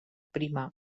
prima